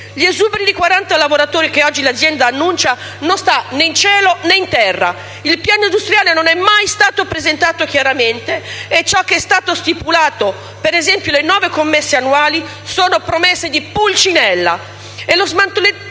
Gli esuberi dei 40 lavoratori che oggi l'azienda annuncia non stanno né in cielo né in terra. Il piano industriale non è mai stato presentato chiaramente e ciò che è stato stipulato, per esempio le nove commesse annuali, sono promesse di Pulcinella. Lo smantellamento